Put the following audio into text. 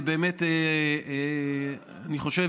ובאמת אני חושב,